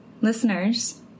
listeners